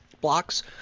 blocks